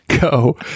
go